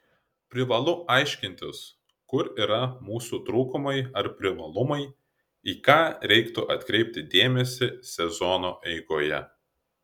privalu aiškintis kur yra mūsų trūkumai ar privalumai į ką reiktų atkreipti dėmesį sezono eigoje